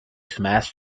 smashed